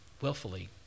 Willfully